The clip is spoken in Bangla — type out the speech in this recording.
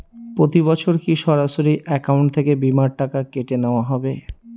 প্রতি বছর কি সরাসরি অ্যাকাউন্ট থেকে বীমার টাকা কেটে নেওয়া হবে?